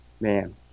Man